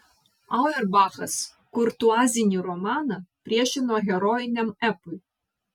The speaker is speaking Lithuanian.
auerbachas kurtuazinį romaną priešino herojiniam epui